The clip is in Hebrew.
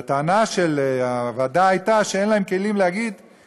הטענה של הוועדה הייתה שאין להם כלים לדעת,